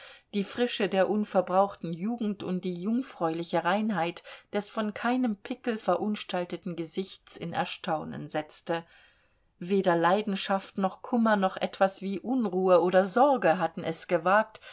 die frische der unverbrauchten jugend und die jungfräuliche reinheit des von keinem pickel verunstalteten gesichts in erstaunen setzte weder leidenschaft noch kummer noch etwas wie unruhe oder sorge hatten es gewagt